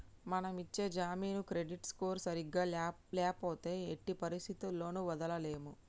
మనం ఇచ్చే జామీను క్రెడిట్ స్కోర్ సరిగ్గా ల్యాపోతే ఎట్టి పరిస్థతుల్లోను వదలలేము